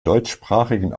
deutschsprachigen